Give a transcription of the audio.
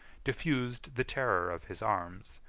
diffused the terror of his arms,